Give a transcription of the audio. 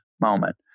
moment